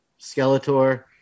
Skeletor